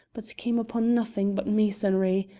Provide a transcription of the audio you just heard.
but came upon nothing but masonry,